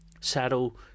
Saddle